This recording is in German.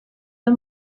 der